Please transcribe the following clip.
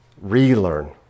relearn